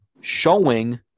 showing